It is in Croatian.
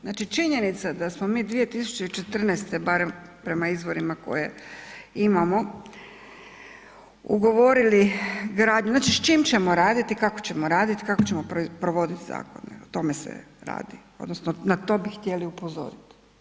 Znači činjenica da smo mi 2014. barem prema izvorima koje imamo ugovorili gradnju, znači s čime ćemo raditi, kako ćemo raditi, kako ćemo provoditi zakone, o tome se radi, odnosno na to bi htjeli upozoriti.